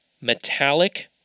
metallic